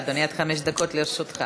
עד חמש דקות לרשותך.